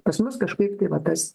pas mus kažkaip tai va tas